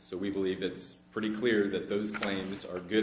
so we believe that it's pretty clear that those claims are good